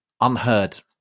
Unheard